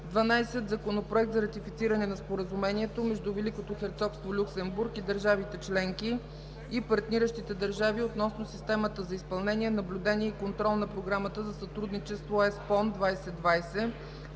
12. Законопроект за ратифициране на Споразумението между Великото херцогство Люксембург и държавите членки, и партниращите държави относно системата за изпълнение, наблюдение и контрол на Програмата за сътрудничество ЕСПОН 2020,